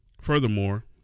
Furthermore